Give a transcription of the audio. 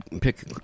pick